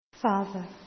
Father